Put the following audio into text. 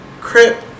Crip